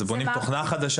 בונים תוכנה חדשה?